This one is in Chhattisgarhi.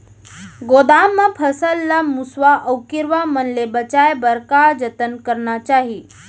गोदाम मा फसल ला मुसवा अऊ कीरवा मन ले बचाये बर का जतन करना चाही?